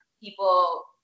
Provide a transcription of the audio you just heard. People